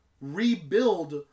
rebuild